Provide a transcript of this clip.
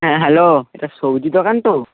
হ্যাঁ হ্যালো এটা সবজি দোকান তো